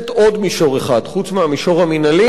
עוד מישור אחד חוץ מהמישור המינהלי,